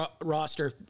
roster